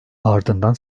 ardından